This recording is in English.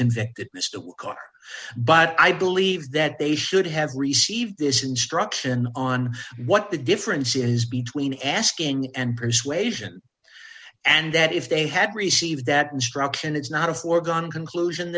convicted mr karr but i believe that they should have received this instruction on what the difference is between asking and persuasion and that if they had received that instruction it's not a foregone conclusion